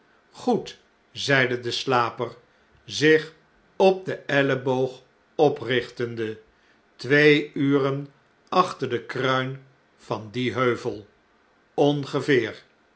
goed zeide de slaper zich op den elleboog oprichtende twee uren achter de kruin van dien heuvel ongeveer